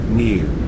new